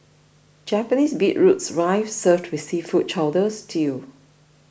Japanese beetroots rice served with seafood chowder stew